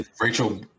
Rachel